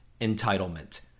entitlement